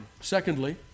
Secondly